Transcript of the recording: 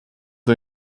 the